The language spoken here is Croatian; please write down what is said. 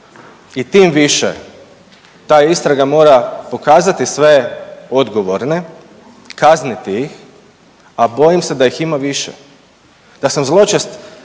i tim više ta istraga mora pokazati sve odgovorne, kazniti ih, a bojim se da ih ima više. Da sam zločest